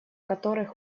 которых